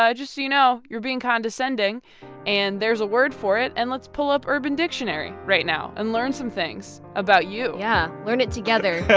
ah just so you know, you're being condescending and there's a word for it. and let's pull up urban dictionary right now and learn some things about you. yeah, learn it together.